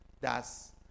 Thus